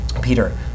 Peter